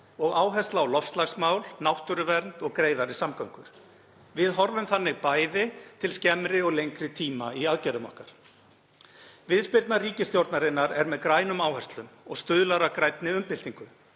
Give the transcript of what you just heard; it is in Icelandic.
og áhersla á loftslagsmál, náttúruvernd og greiðari samgöngur. Við horfum þannig bæði til skemmri og lengri tíma í aðgerðum okkar. Viðspyrna ríkisstjórnarinnar er með grænum áherslum og stuðlar að grænni umbyltingu.